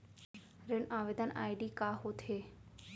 ऋण आवेदन आई.डी का होत हे?